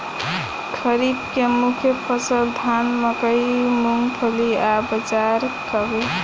खरीफ के मुख्य फसल धान मकई मूंगफली आ बजरा हवे